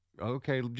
Okay